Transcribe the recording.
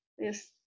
yes